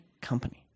company